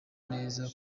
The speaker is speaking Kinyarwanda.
neza